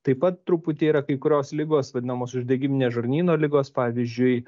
taip pat truputį yra kai kurios ligos vadinamos uždegiminės žarnyno ligos pavyzdžiui